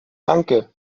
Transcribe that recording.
danke